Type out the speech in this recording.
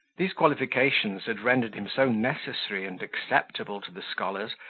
these qualifications had rendered him so necessary and acceptable to the scholars,